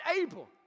able